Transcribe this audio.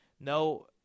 No